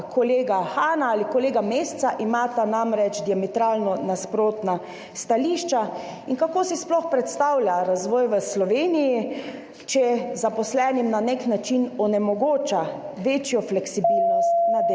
kolega Hana ali kolega Mesca, imata namreč diametralno nasprotna stališča? Kako si sploh predstavljate razvoj v Sloveniji, če zaposlenim na nek način onemogoča večjo fleksibilnost na delovnem